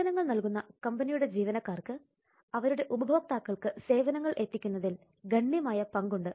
സേവനങ്ങൾ നൽകുന്ന കമ്പനിയുടെ ജീവനക്കാർക്ക് അവരുടെ ഉപഭോക്താക്കൾക്ക് സേവനങ്ങൾ എത്തിക്കുന്നതിൽ ഗണ്യമായ പങ്കുണ്ട്